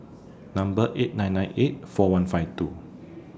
Number eight nine nine eight four one five two